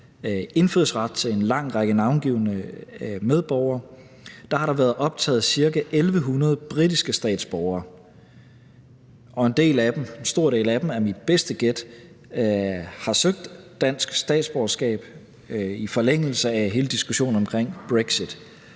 indfødsret til en lang række navngivne medborgere, har der været optaget ca. 1.100 britiske statsborgere, og en stor del af dem – er mit bedste gæt – har søgt dansk statsborgerskab i forlængelse af hele diskussionen om brexit.